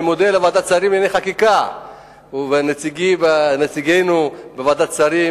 אני מודה לוועדת שרים לענייני חקיקה ולנציגינו בוועדת השרים,